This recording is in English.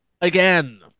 again